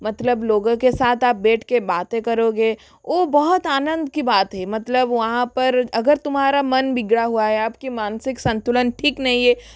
मतलब लोगों के साथ आप बैठ के बाते करोगे ओ बहुत आनंद की बात है मतलब वहाँ पर अगर तुम्हारा मन बिगड़ा हुआ है आपकी मानसिक संतुलन ठीक नहीं है